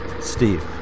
Steve